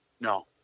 No